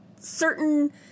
certain